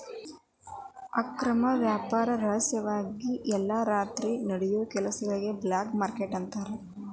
ಅಕ್ರಮ ವ್ಯಾಪಾರ ರಹಸ್ಯವಾಗಿ ಎಲ್ಲಾ ರಾತ್ರಿ ನಡಿಯೋ ಕೆಲಸಕ್ಕ ಬ್ಲ್ಯಾಕ್ ಮಾರ್ಕೇಟ್ ಅಂತಾರ